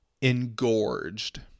Engorged